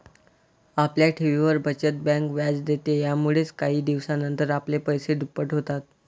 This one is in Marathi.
आपल्या ठेवींवर, बचत बँक व्याज देते, यामुळेच काही दिवसानंतर आपले पैसे दुप्पट होतात